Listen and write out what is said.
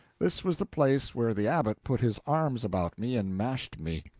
this was the place where the abbot put his arms about me and mashed me,